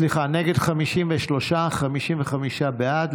סליחה, נגד, 53, 55 בעד.